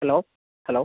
hello hello